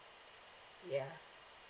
ya